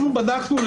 אנחנו בדקנו,